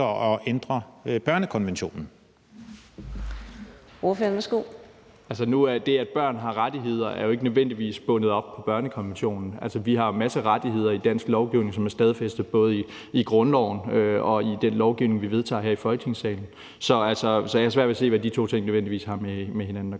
Ordføreren, værsgo. Kl. 18:19 Mikkel Bjørn (DF): Nu er det, at børn har rettigheder, jo ikke nødvendigvis bundet op på børnekonventionen. Vi har en masse rettigheder i dansk lovgivning, som er stadfæstet både i grundloven og i den lovgivning, vi vedtager her i Folketingssalen. Så jeg har svært ved at se, hvad de to ting nødvendigvis har med hinanden at